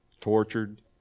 Tortured